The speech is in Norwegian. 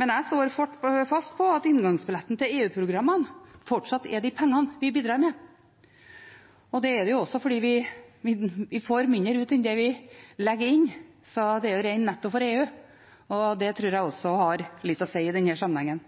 Men jeg står fast på at inngangsbilletten til EU-programmene fortsatt er de pengene vi bidrar med. Det er også fordi vi får mindre ut enn det vi legger inn – det er jo ren netto for EU. Det tror jeg også har litt å si i denne sammenhengen.